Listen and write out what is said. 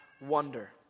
wonder